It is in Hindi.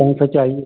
कौन सा चाहिए